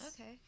Okay